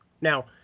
Now